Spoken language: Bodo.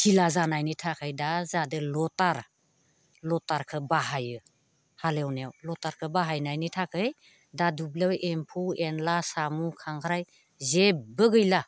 धिला जानायनि थाखाय दा जादों लथार लथारखौ बाहायो हालेवनायाव लटारखौ बाहायनायनि थाखाय दा दुब्लियाव एम्फौ एन्ला सामु खांख्राइ जेब्बो गैला